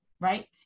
Right